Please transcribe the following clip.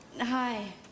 Hi